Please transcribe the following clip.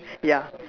ya